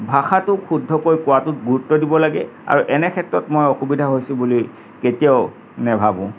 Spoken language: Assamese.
ভাষাটোক শুদ্ধকৈ কোৱাটোত গুৰুত্ব দিব লাগে আৰু এনে ক্ষেত্ৰত মই অসুবিধা হৈছোঁ বুলি কেতিয়াও নাভাবোঁ